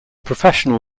professional